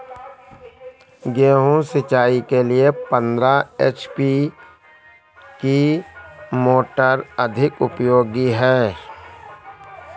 गेहूँ सिंचाई के लिए पंद्रह एच.पी की मोटर अधिक उपयोगी है?